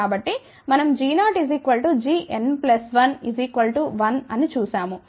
కాబట్టి మనం g0gn 1 1 ని చూశాము